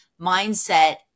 mindset